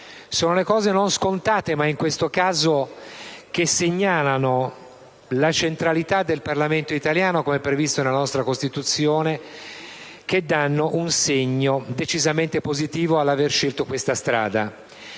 Sono le cose non scontate, che in questo caso segnalano la centralità del Parlamento italiano, come previsto dalla nostra Costituzione, e che danno un segno decisamente positivo all'aver scelto questa strada.